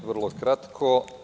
Vrlo ću kratko.